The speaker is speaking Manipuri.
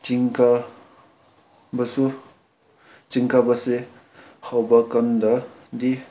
ꯆꯤꯡ ꯀꯥꯕꯁꯨ ꯆꯤꯡ ꯀꯥꯕꯁꯦ ꯍꯧꯕ ꯀꯥꯟꯗꯗꯤ